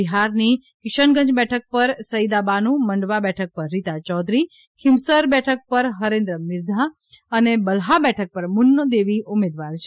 બિહારની કિશનગંજ બેઠક પર સઈદા બાનુ મંડવા બેઠક પર રીતા ચૌધરી ખીંવસર બેઠક પર ફરેન્દ્ર મિરધા અને બલહા બેઠક પર મન્નુદેવી ઉમેદવાર છે